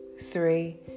three